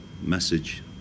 message